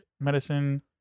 medicine